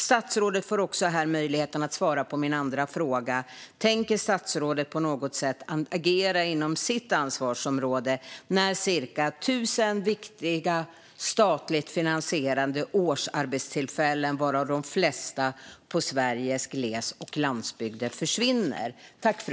Statsrådet får också här möjligheten att svara på min andra fråga: Tänker statsrådet på något sätt agera inom sitt ansvarsområde när cirka 1 000 viktiga statligt finansierade årsarbetstillfällen, varav de flesta i Sveriges gles och landsbygder, försvinner?